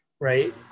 Right